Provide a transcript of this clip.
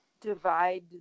divide